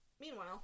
Meanwhile